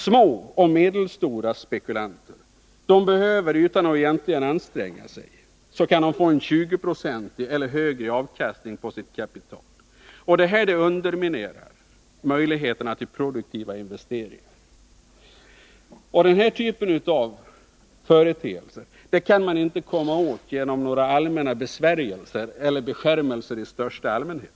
Små och medelstora spekulanter kan, utan att egentligen anstränga sig, få en 20-procentig avkastning eller mer på sitt kapital. Detta underminerar möjligheterna till produktiva investeringar. Den här företeelsen kan man inte komma åt genom besvärjelser eller beskärmelser i största allmänhet.